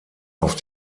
auf